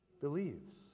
Believes